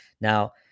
now